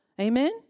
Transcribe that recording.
Amen